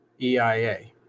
EIA